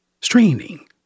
straining